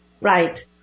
Right